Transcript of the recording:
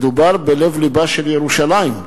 מדובר בלב-לבה של ירושלים,